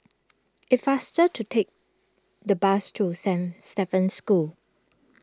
it is faster to take the bus to Saint Stephen's School